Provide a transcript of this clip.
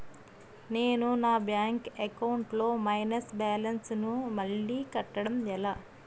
నేను నా bank account లొ మైనస్ బాలన్స్ ను మళ్ళీ కట్టడం ఎలా?